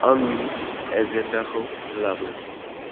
आंनि एजेन्डाखौ लाबो